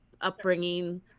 upbringing